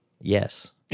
Yes